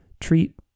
treat